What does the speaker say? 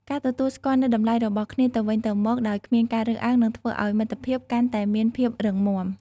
ការទទួលស្គាល់នូវតម្លៃរបស់គ្នាទៅវិញទៅមកដោយគ្មានការរើសអើងនឹងធ្វើឲ្យមិត្តភាពកាន់តែមានភាពរឹងមាំ។